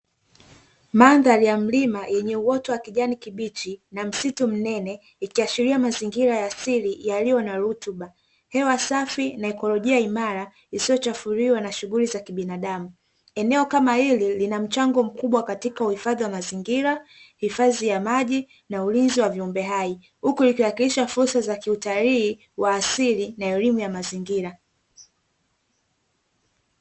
Mandhari ya mlima yenye uoto wa kijani kibichi na msitu mnene ikiashiria mazingira ya asili yaliyo na rutuba, hewa safi na ikologia imara isiyochafuliwa na shughuli za kibinadamu. Eneo kama hili lina mchango mkubwa katika uhifadhi wa mazingira, uhifadhi wa maji na ulinzi wa viumbe hai huku likiwakilisha fursa za utalii wa asili na elimu ya mazingira.